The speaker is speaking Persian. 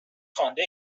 خوانده